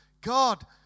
God